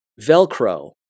Velcro